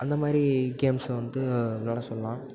அந்த மாதிரி கேம்ஸை வந்து விளாயாட சொல்லலாம்